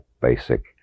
basic